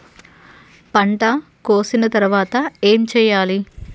పంట కోసిన తర్వాత ఏం చెయ్యాలి?